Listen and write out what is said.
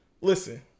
listen